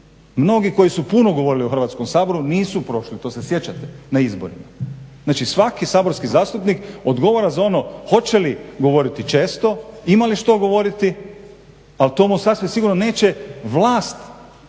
Mnogi koji su puno govorili u Hrvatskom saboru nisu prošli, to se sjećate, na izborima. Znači, svaki saborski zastupnik odgovara za ono hoće li govoriti često, ima li što govoriti, ali to mu sasvim sigurno neće vlast će njemu